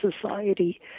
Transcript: society